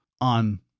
on